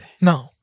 no